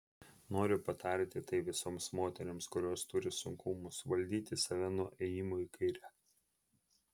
noriu patarti tai visoms moterims kurios turi sunkumų suvaldyti save nuo ėjimo į kairę